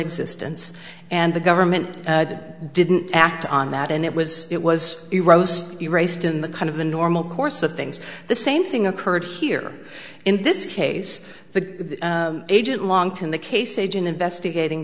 existence and the government didn't act on that and it was it was a rose you raised in the kind of the normal course of things the same thing occurred here in this case the agent longton the case agent investigating